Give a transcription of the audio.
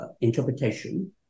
interpretation